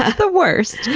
ah the worst.